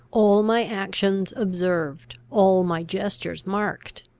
all my actions observed all my gestures marked.